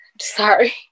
Sorry